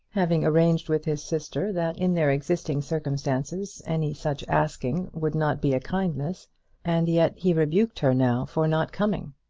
having arranged with his sister that in their existing circumstances any such asking would not be a kindness and yet he rebuked her now for not coming!